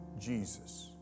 Jesus